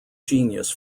genius